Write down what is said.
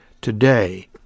today